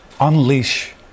unleash